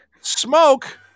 smoke